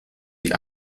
die